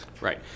Right